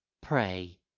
pray